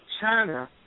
China